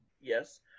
Yes